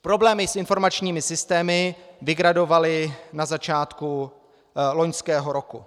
Problémy s informačními systémy vygradovaly na začátku loňského roku.